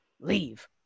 leave